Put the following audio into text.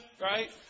right